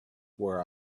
where